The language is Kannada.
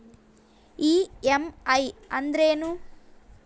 ಇ.ಎಂ.ಐ ಅಂದ್ರೇನು?